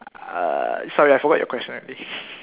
uh sorry I forgot your question already